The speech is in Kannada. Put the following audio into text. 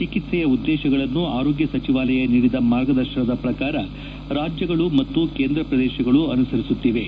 ಚಿಕಿತ್ಸೆಯ ಉದ್ದೇಶಗಳನ್ನು ಆರೋಗ್ಯ ಸಚಿವಾಲಯ ನೀಡಿದ ಮಾರ್ಗದರ್ಶನದ ಪ್ರಕಾರ ರಾಜ್ಯಗಳು ಮತ್ತು ಕೇಂದ್ರ ಪ್ರದೇಶಗಳು ಆನುಸರಿಸುತ್ತಿವೆ